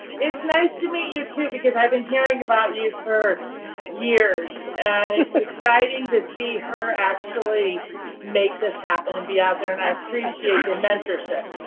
it's nice to meet you too, because i've been hearing about you for years, and it's exciting to see her actually make this happen, and be out there, and i appreciate your mentorship.